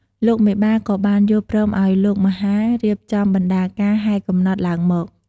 លោកមេបា ក៏បានយល់ព្រមឲ្យលោកមហារៀបចំបណ្ណាការហែកំណត់ ឡើងមក។